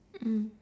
mm